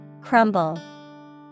Crumble